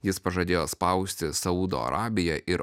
jis pažadėjo spausti saudo arabiją ir